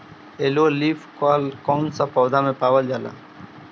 Yellow leaf curl कौन सा पौधा में पावल जाला?